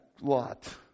lot